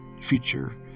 future